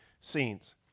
scenes